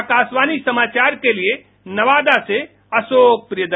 आकाशवाणी समाचार के लिए नवादा से अशोक प्रियदर्शी